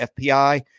FPI